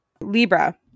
Libra